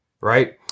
Right